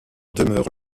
demeure